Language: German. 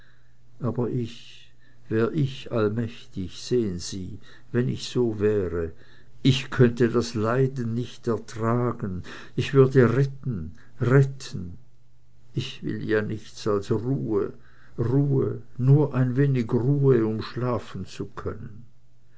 aber ich wär ich allmächtig sehen sie wenn ich so wäre ich könnte das leiden nicht ertragen ich würde retten retten ich will ja nichts als ruhe ruhe nur ein wenig ruhe um schlafen zu können